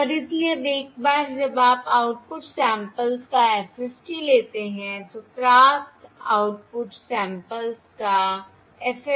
और इसलिए अब एक बार जब आप आउटपुट सैंपल्स का FFT लेते हैं तो प्राप्त आउटपुट सैंपल्स का FFT